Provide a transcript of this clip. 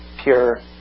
pure